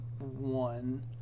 one